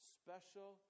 special